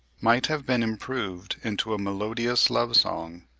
might have been improved into a melodious love song.